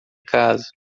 casa